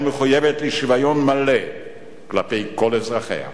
ישראל מחויבת לשוויון מלא כלפי כל אזרחיה.